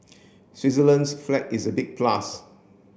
Switzerland's flag is a big plus